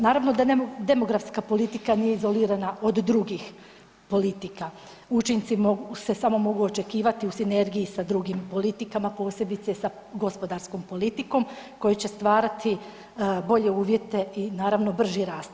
Naravno da demografska politika nije izolirana od drugih politika, učinci se samo mogu očekivati u sinergiji sa drugim politikama, posebice sa gospodarskom politikom koje će stvarati bolje uvjete i naravno brži rast.